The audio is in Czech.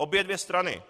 Obě dvě strany.